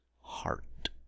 heart